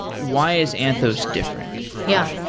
why is anthos different? yeah.